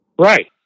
Right